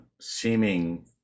seeming